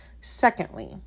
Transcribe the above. Secondly